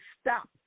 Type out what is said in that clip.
stop